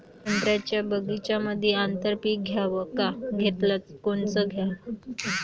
संत्र्याच्या बगीच्यामंदी आंतर पीक घ्याव का घेतलं च कोनचं घ्याव?